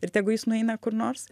ir tegu jis nueina kur nors